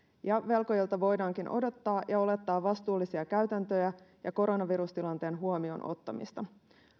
ja velkojilta voidaankin odottaa ja olettaa vastuullisia käytäntöjä ja koronavirustilanteen huomioon ottamista